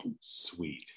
Sweet